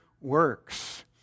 works